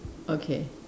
okay